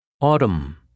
Autumn